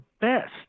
best